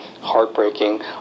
heartbreaking